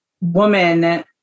woman